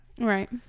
Right